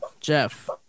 jeff